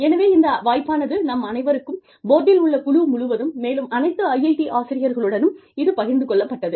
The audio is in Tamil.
எனவே இந்த வாய்ப்பானது நம் அனைவருக்கும் போர்டில் உள்ள குழு முழுவதும் மேலும் அனைத்து IIT ஆசிரியர்களுடனும் இது பகிர்ந்து கொள்ளப்பட்டது